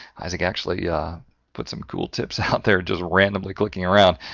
isaac actually yeah put some cool tips out there, just randomly clicking around.